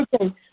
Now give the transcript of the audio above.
okay